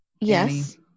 Yes